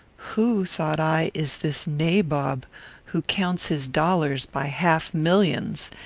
who, thought i, is this nabob who counts his dollars by half-millions,